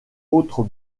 autres